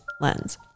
lens